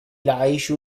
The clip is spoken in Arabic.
العيش